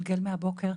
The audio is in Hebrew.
והביטחון.